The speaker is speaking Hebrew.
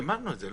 גמרנו את זה.